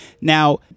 Now